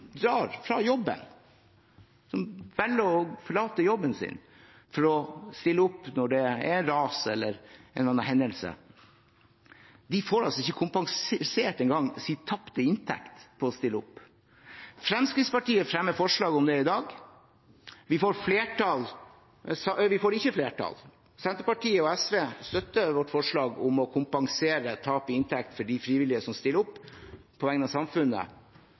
drar fra jobben, som velger å forlate jobben sin for å stille opp når det er ras eller en eller annen hendelse, ikke engang får kompensert sin tapte inntekt for å stille opp. Fremskrittspartiet fremmer forslag om det i dag. Vi får ikke flertall. Senterpartiet og SV støtter vårt forslag om å kompensere tap i inntekt for de frivillige som stiller opp på vegne av samfunnet,